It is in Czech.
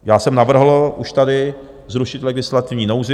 Já jsem navrhl už tady zrušit legislativní nouzi.